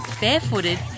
barefooted